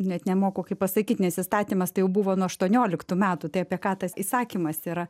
net nemoku kaip pasakyt nes įstatymas tai jau buvo nuo aštuonioliktų metų tai apie ką tas įsakymas yra